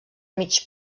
mig